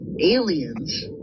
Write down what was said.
aliens